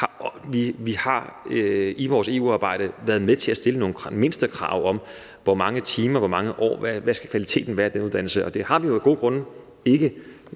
vi i vores EU-arbejde har været med til at stille nogle mindstekrav om, hvor mange timer, hvor mange år, en uddannelse skal vare, og hvad kvaliteten skal være af den uddannelse. Og det har vi jo af gode grunde ikke